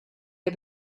der